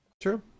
True